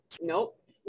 nope